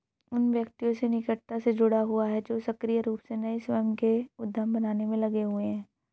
उन व्यक्तियों से निकटता से जुड़ा हुआ है जो सक्रिय रूप से नए स्वयं के उद्यम बनाने में लगे हुए हैं